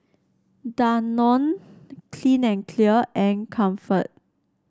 Danone Clean and Clear and Comfort